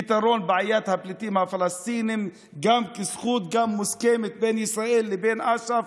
פתרון בעיית הפליטים הפלסטינים גם כזכות מוסכמת בין ישראל לבין אש"ף.